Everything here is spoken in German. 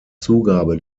zugabe